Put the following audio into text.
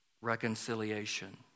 reconciliation